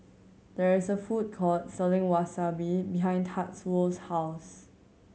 there is a food court selling Wasabi behind Tatsuo's house